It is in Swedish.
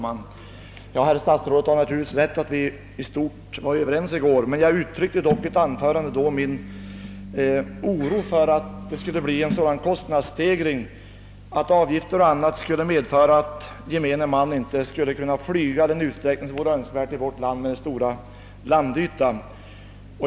Herr talman! Statsrådet har naturligtvis rätt i att vi i stort sett var överens i går. I ett anförande uttryckte jag dock oro för att det skulle bli en sådan kostnadsökning att avgifter och annat medför, att gemene man inte kan flyga i den utsträckning som är önskvärd i vårt land med dess stora yta.